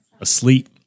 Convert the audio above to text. asleep